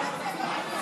לוועדה